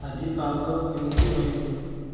ଆଜି ପାଗ କେମିତି ରହିବ